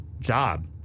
job